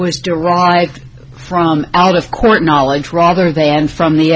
was derived from out of court knowledge rather than from the